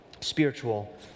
spiritual